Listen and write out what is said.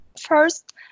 First